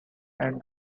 and